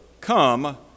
come